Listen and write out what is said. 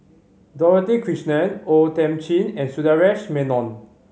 Dorothy Krishnan O Thiam Chin and Sundaresh Menon